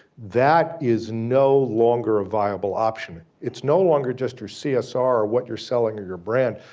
that is no longer a viable option. it's no longer just your csr or what you're selling or your brand,